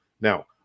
Now